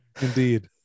indeed